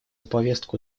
повестку